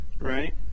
right